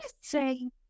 say